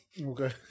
Okay